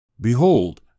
Behold